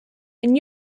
and